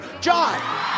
John